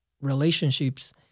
relationships